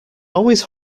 always